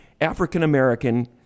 African-American